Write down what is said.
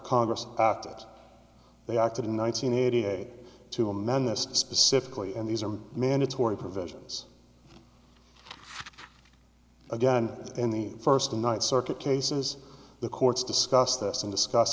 congress after they acted in one nine hundred eighty eight to amend this specifically and these are mandatory provisions again in the first night circuit cases the courts discuss this and discuss